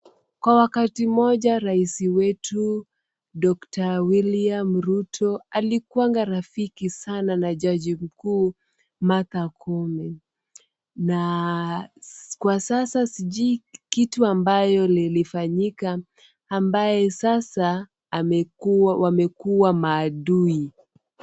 Kwa wakati moja rais wetu Doctor William Ruto alikuwanga rafiki sana na jaji mkuu Martha Koome na kwa sasa sijui kitu ambayo lilifanyika ambaye sasa wamekuwa maadui.